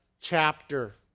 chapter